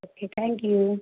okay thank you